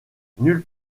nulle